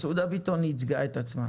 מסעודה ביטון ייצגה את עצמה